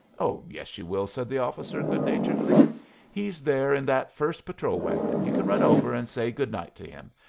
oh, yes, you will, said the officer, good-naturedly he's there in that first patrol-wagon. you can run over and say good night to him,